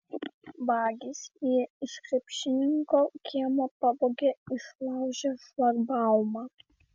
vagys jį iš krepšininko kiemo pavogė išlaužę šlagbaumą